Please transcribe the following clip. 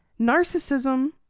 narcissism